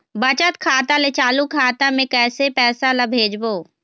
बचत खाता ले चालू खाता मे कैसे पैसा ला भेजबो?